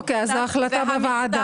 אוקיי, אז ההחלטה בוועדה.